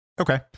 Okay